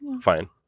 Fine